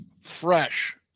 fresh